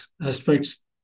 aspects